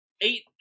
eight